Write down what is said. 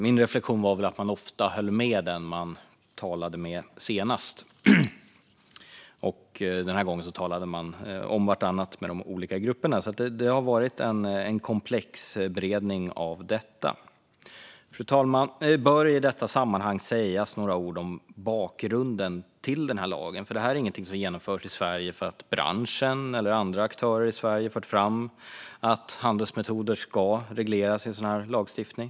Min reflektion var väl att man ofta höll med den man senast hade talat med, och den här gången talade man med de olika grupperna om vartannat. Det har alltså varit en komplex beredning. Fru talman! Det bör i detta sammanhang sägas några ord om bakgrunden till den här lagen. Detta är nämligen ingenting som genomförs i Sverige för att branschen eller andra aktörer i Sverige har fört fram att handelsmetoder ska regleras genom sådan här lagstiftning.